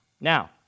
Now